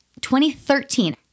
2013